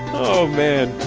oh man.